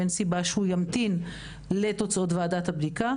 אין סיבה שימתין לתוצאות ועדת הבדיקה,